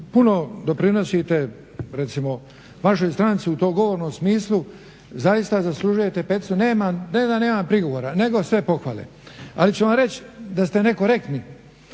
puno doprinosite recimo vašoj stranci u tom govornom smislu. Zaista zaslužujete peticu, ne da nemam prigovora nego sve pohvale. Ali ću vam reći da ste nekorektni